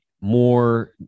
more